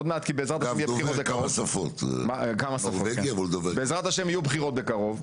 עוד מעט, כי בעזרת ה' זה יתחיל בקרוב.